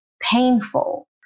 painful